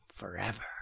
forever